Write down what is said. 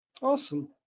Awesome